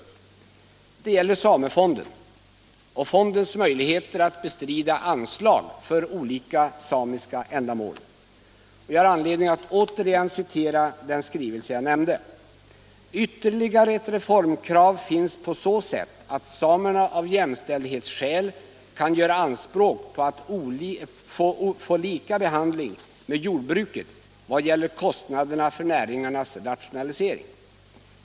Det gäller samefonden och fondens möjligheter att bestrida anslag för olika samiska ändamål, och jag har anledning att Återigen citera den skrivelse jag nämnde: "Ytterligare ott reformkrav finns på så sätt att samerna av jämställdhetsskäl kan göra anspråk på att få lika behandling med jordbruket vad gäller kostnaderna för näringarnas rationalisering.